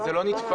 נתפס.